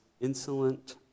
insolent